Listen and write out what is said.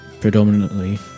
predominantly